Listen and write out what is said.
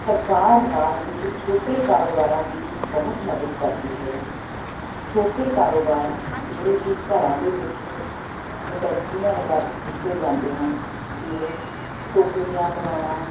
ਸਰਕਾਰ ਰਾਜ ਵਿੱਚ ਛੋਟੇ ਕਾਰੋਬਾਰਾਂ ਦੀ ਬਹੁਤ ਮਦਦ ਕਰਦੀ ਹੈ ਛੋਟੇ ਕਾਰੋਬਾਰ ਜਿਹੜੇ ਕੀ ਘਰਾਂ ਦੇ ਵਿੱਚ ਇੰਡਸਟਰੀਆਂ ਲਗਾ ਕੇ ਕੀਤੇ ਜਾਂਦੇ ਹਨ ਜਿਵੇਂ ਟੋਕਰੀਆਂ ਬਣਾਉਣਾ